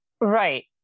right